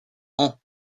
ans